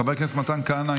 חבר הכנסת מתן כהנא,